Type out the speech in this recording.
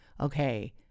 Okay